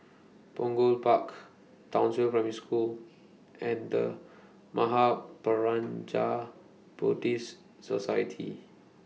Punggol Park Townsville Primary School and The Mahaprajna Buddhist Society